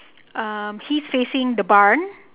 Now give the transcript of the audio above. uh he's facing the barn